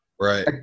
Right